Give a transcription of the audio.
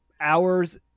hours